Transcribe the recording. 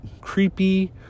creepy